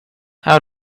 how